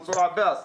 מנסור עבאס,